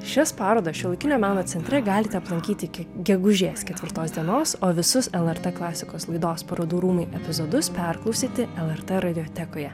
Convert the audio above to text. šias parodas šiuolaikinio meno centre galite aplankyti iki gegužės ketvirtos dienos o visus lrt klasikos laidos parodų rūmai epizodus perklausyti lrt radiotekoje